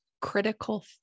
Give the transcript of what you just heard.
critical